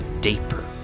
deeper